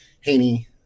Haney